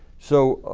so